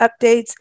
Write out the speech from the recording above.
updates